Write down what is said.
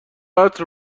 عطر